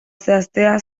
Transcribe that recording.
zehaztea